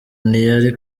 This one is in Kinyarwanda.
ntiyari